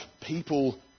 people